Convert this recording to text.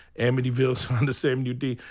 amityville, find the same new d,